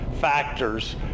factors